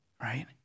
right